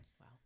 Wow